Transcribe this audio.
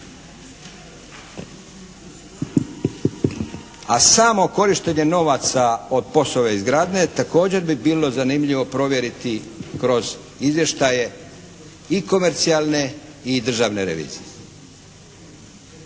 A samo korištenje novaca od POS-ove izgradnje također bi bilo zanimljivo provjeriti kroz izvještaje i komercijalne i državne revizije.